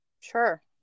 Sure